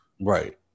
Right